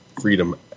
Freedom